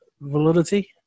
validity